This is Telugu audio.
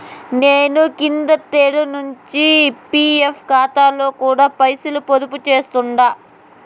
నేను కిందటేడు నించి పీఎఫ్ కాతాలో కూడా పైసలు పొదుపు చేస్తుండా